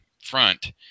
front